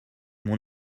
mon